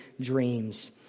dreams